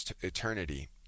eternity